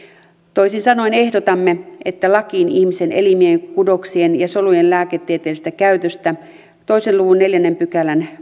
toisin sanoen ehdotamme että lakia ihmisen elimien kudoksien ja solujen lääketieteellisestä käytöstä kahden luvun neljännen pykälän